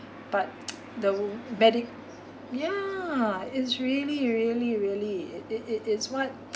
but the medi~ yeah it's really really really it it it's what